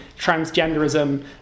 transgenderism